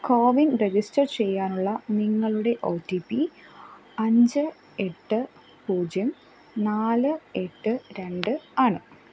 CoWIN register ചെയ്യാനുള്ള നിങ്ങളുടെ O T P അഞ്ച് എട്ട് പൂജ്യം നാല് എട്ട് രണ്ട് ആണ്